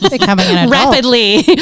rapidly